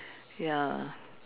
ya